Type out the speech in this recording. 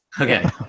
Okay